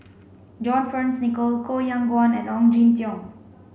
John Fearns Nicoll Koh Yong Guan and Ong Jin Teong